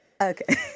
Okay